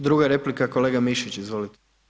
Druga replika, kolega Mišić, izvolite.